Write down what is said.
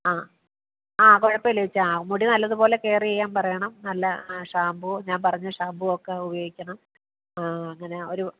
ആ ആ കുഴപ്പമില്ല ചേച്ചി ആ മുടി നല്ലത് പോലെ കെയർ ചെയ്യാൻ പറയണം നല്ല ഷാംപൂ ഞാൻ പറഞ്ഞ ഷാംപൂ ഒക്കെ ഉപയോഗിക്കണം ആ അങ്ങനെ ഒരു